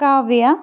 Kavya